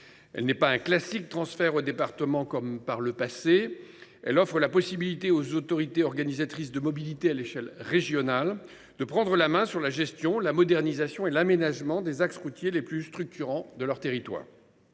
elle ne prévoit pas un classique transfert aux départements comme par le passé, mais offre la possibilité aux autorités organisatrices des mobilités à l’échelle régionale de prendre la main sur la gestion, la modernisation et l’aménagement des axes routiers les plus structurants de leurs territoires.